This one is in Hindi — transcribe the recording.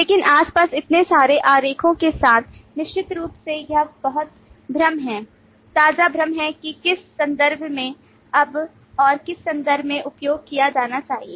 लेकिन आस पास इतने सारे आरेखों के साथ निश्चित रूप से यह बहुत भ्रम है ताजा भ्रम है कि किस संदर्भ में कब और किस संदर्भ में उपयोग किया जाना चाहिए